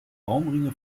baumringe